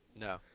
No